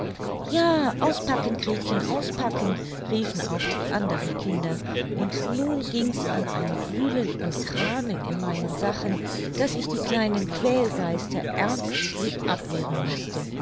ja auspacken gretchen auspacken riefen auch die anderen kinder und nun ging's an ein wühlen und kramen in meinen sachen daß ich die kleinen quälgeister ernstlich abwehren mußte